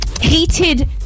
heated